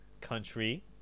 country